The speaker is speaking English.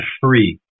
free